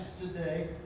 today